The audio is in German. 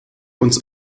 uns